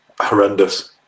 horrendous